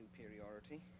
superiority